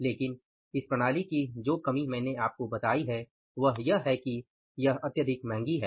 लेकिन इस प्रणाली की जो कमी मैंने आपको बताई है वह यह है कि यह अत्यधिक महंगी है